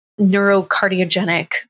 neurocardiogenic